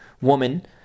woman